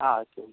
ആ ശരി